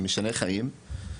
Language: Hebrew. משנה חיים.